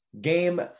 Game